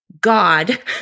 God